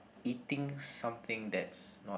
eating something that's not